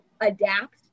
adapt